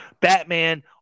Batman